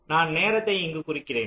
நான் நேரத்தை இங்கு குறிக்கிறேன்